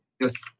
Yes